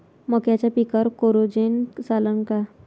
मक्याच्या पिकावर कोराजेन चालन का?